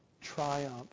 triumph